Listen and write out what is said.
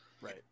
Right